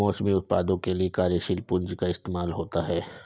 मौसमी उत्पादों के लिये कार्यशील पूंजी का इस्तेमाल होता है